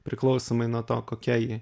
priklausomai nuo to kokia ji